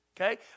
Okay